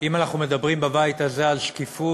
שאם אנחנו מדברים בבית הזה על שקיפות